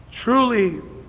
truly